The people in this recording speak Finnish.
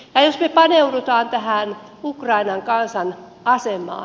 ja jos me paneudumme tähän ukrainan kansan asemaan